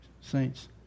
saints